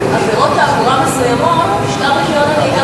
שבעבירות תעבורה מסוימות נשלל רשיון הנהיגה